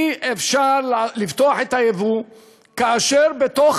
אי-אפשר לפתוח את היבוא כאשר בתוך